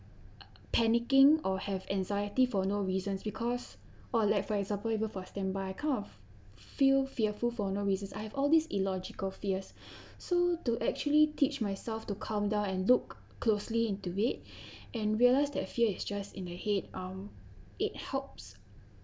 panicking or have anxiety for no reasons because or like for example even for standby kind of feel fearful for no reason I have all these illogical fears so to actually teach myself to calm down and look closely into it and realise that fear is just in the head um it helps